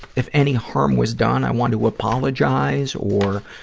if any harm was done, i want to apologize or,